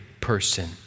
person